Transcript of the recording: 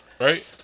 right